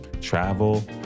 travel